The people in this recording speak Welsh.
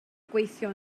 gweithio